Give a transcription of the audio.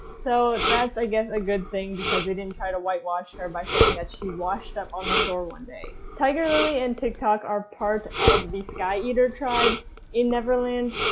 so that's i guess a good thing they didn't try to whitewash her by saying that she washed up on the shore one day. tiger lily and tick tock are part of the sky eater tribe in neverland,